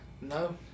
No